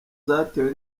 zatewe